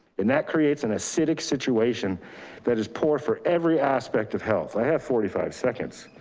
and that creates an acidic situation that is poor for every aspect of health. i have forty five seconds.